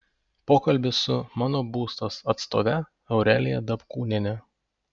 pokalbis su mano būstas atstove aurelija dapkūniene